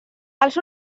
els